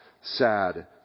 sad